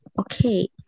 Okay